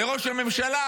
לראש הממשלה,